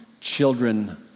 children